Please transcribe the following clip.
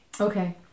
Okay